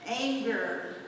anger